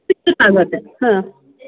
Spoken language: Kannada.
ಹಾಂ